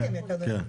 אני מסכמת אדוני.